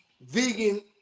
vegan